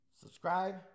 subscribe